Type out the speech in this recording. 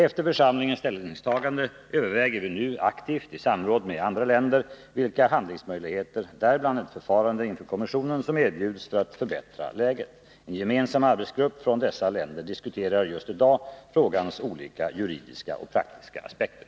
Efter församlingens ställningstagande överväger vi nu aktivt, i samråd med andra länder, vilka handlingsmöjligheter — däribland ett förfarande inför kommissionen — som erbjuds för att förbättra läget. En gemensam arbetsgrupp från dessa länder diskuterar just i dag frågans olika juridiska och praktiska aspekter.